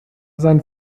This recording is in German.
sein